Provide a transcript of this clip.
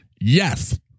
Yes